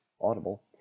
Audible